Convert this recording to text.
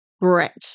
Brett